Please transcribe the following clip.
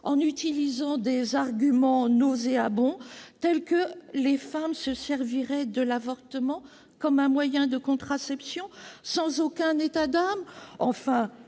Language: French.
en utilisant des arguments nauséabonds. Ainsi, les femmes se serviraient-elles de l'avortement comme d'un moyen de contraception, sans aucun état d'âme !